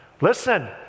Listen